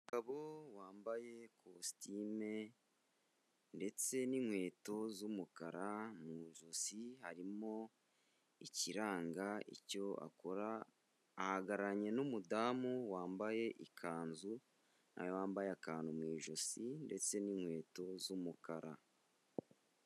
Umugabo wambaye kositime ndetse n'inkweto z'umukara, mu ijosi harimo ikiranga icyo akora, ahagararanye n'umudamu wambaye ikanzu, na we wambaye akantu mu ijosi ndetse n'inkweto z'umukara.